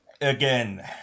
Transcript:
Again